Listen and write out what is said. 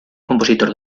compositor